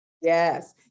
Yes